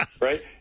right